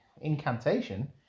incantation